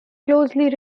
closely